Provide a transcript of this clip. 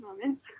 moments